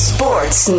Sports